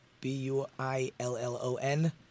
B-U-I-L-L-O-N